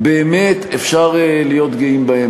באמת אפשר להיות גאים בהם.